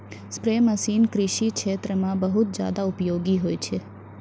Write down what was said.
spray machine कृषि क्षेत्र म बहुत जादा उपयोगी होय छै